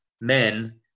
men